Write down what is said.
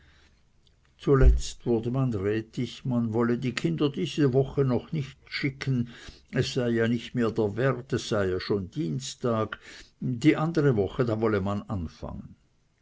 zuletzt wurde man rätig man wolle die kinder diese woche noch nicht schicken es sei ja nicht mehr dr wert es sei ja schon dienstag die andere woche da wolle man anfangen